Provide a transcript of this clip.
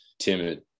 Timid